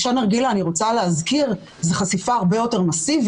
אני רוצה להזכיר שחשיפה לעשן נרגילה היא חשיפה הרבה יותר מסיבית.